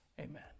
amen